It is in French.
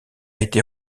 été